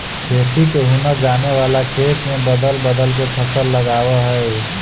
खेती के हुनर जाने वाला खेत में बदल बदल के फसल लगावऽ हइ